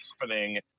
happening